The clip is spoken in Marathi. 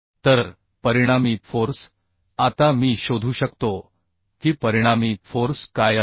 तर परिणामी फोर्स आता मी शोधू शकतो की परिणामी फोर्स काय असेल